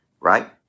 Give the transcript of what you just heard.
right